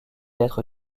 être